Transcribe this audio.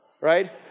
Right